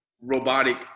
robotic